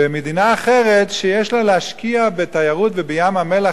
ומדינה אחרת שיש לה להשקיע בתיירות ובים-המלח.